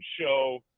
show